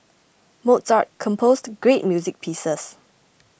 Mozart composed great music pieces